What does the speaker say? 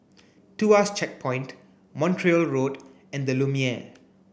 Tuas Checkpoint Montreal Road and The Lumiere